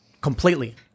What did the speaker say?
completely